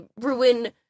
ruin